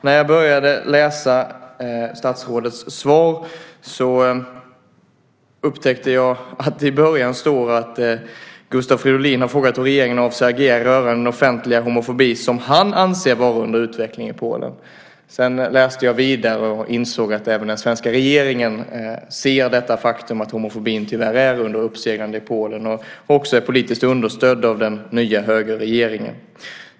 När jag började läsa statsrådets svar upptäckte jag att det i början står att Gustav Fridolin frågat hur regeringen avser att agera rörande den offentliga homofobi som han anser vara under utveckling i Polen. Sedan läste jag vidare och insåg att även den svenska regeringen ser detta faktum att homofobin tyvärr är under uppseglande i Polen och också politiskt understödd av den nya högerregeringen.